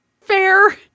fair